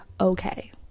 okay